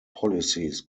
policies